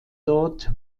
dort